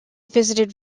visited